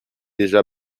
déjà